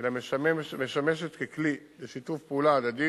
אלא משמשת ככלי לשיתוף פעולה הדדי